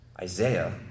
Isaiah